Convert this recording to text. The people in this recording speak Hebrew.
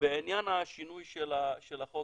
בעניין השינוי של החוק.